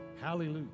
Hallelujah